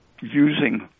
using